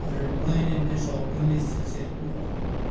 red wine എന്റെ shopping ലിസ്റ്റിൽ ചേര്ക്കുക